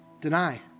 deny